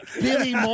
Billy